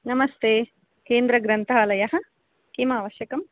नमस्ते केन्द्रग्रन्थालयः किम् आवश्यकम्